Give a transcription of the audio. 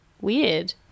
weird